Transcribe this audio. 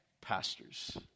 pastors